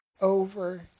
over